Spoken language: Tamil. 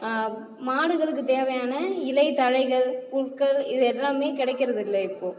மாடுகளுக்கு தேவையான இலைத்தழைகள் புற்கள் இது எல்லாமே கிடைக்கிறதில்ல இப்போது